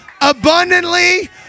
abundantly